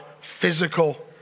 physical